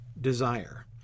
desire